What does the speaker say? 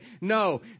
No